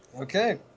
Okay